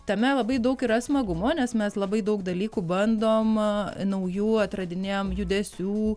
tame labai daug yra smagumo nes mes labai daug dalykų bandom naujų atradinėjam judesių